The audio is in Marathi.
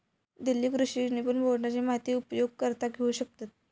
दिल्ली कृषि विपणन बोर्डाची माहिती उपयोगकर्ता घेऊ शकतत